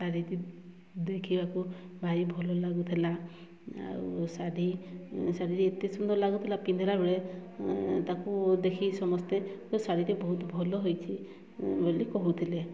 ଶାଢ଼ୀଟି ଦେଖିବାକୁ ଭାରି ଭଲ ଲାଗୁଥିଲା ଆଉ ଶାଢ଼ୀ ଶାଢ଼ୀଟି ଏତେ ସୁନ୍ଦର ଲାଗୁଥିଲା ପିନ୍ଧିଲା ବେଳେ ତାକୁ ଦେଖି ସମସ୍ତେ ଶାଢ଼ୀଟି ବହୁତ ଭଲ ହେଇଛି ବୋଲି କହୁଥିଲେ